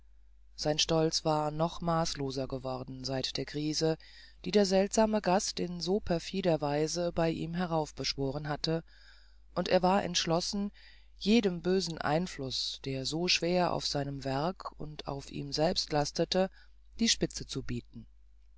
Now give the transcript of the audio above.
sein stolz war noch maßloser geworden seit der krisis die der seltsame gast in so perfider weise bei ihm heraufbeschworen hatte und er war entschlossen jenem bösen einfluß der so schwer auf seinem werk und auf ihm selbst lastete die spitze zu bieten